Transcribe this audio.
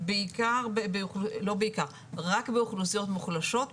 רק באוכלוסיות מוחלשות,